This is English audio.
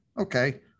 okay